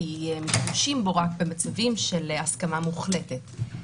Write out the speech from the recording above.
כי משתמשים בו רק במצבים של הסכמה מוחלטת.